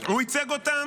הוא ייצג אותם,